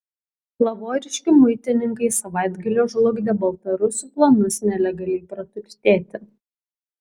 lavoriškių muitininkai savaitgalį žlugdė baltarusių planus nelegaliai praturtėti